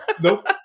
Nope